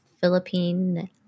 Philippine